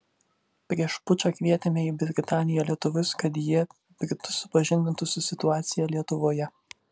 prieš pučą kvietėme į britaniją lietuvius kad jie britus supažindintų su situacija lietuvoje